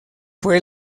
fue